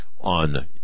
on